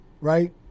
right